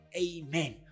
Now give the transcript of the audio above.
amen